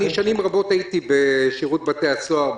שנים רבות הייתי בשירות בתי הסוהר,